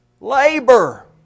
Labor